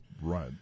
Right